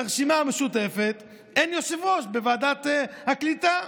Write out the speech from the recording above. לרשימה המשותפת אין יושב-ראש בוועדת הקליטה,